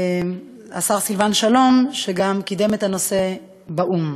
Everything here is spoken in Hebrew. השר סילבן שלום, שגם קידם את הנושא באו"ם.